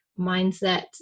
mindset